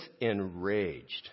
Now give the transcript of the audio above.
enraged